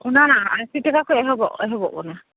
ᱚᱱᱟ ᱟᱹᱥᱤ ᱴᱟᱠᱟ ᱠᱷᱚᱡ ᱮᱦᱚᱵᱚᱜ ᱮᱦᱚᱵᱚᱜ ᱠᱟᱱᱟ